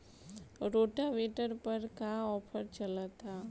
Rotavator पर का offer चलता?